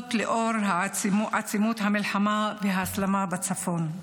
וזאת לאור עצימות המלחמה וההסלמה בצפון.